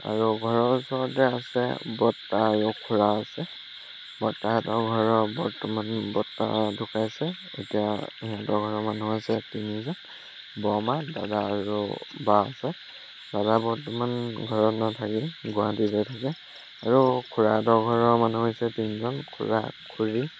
আৰু ঘৰৰ ওচৰতে আছে বৰ্তা আৰু খুৰা আছে বৰ্তাহঁতৰ ঘৰৰ বৰ্তমান বৰ্তা ঢুকাইছে এতিয়া তেহেঁতৰ ঘৰৰ মানুহ আছে তিনিজন বৰমা দাদা আৰু বা আছে দাদা বৰ্তমান ঘৰত নাথাকে গুৱাহাটীতে থাকে আৰু খুৰাহঁতৰ ঘৰৰ মানুহ হৈছে তিনিজন খুৰা খুৰী